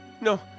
No